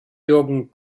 jürgen